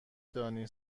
دانی